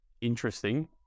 interesting